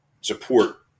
support